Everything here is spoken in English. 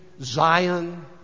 Zion